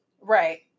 Right